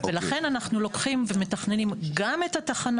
ולכן אנחנו לוקחים ומתכננים גם את התחנה